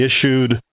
issued